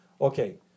Okay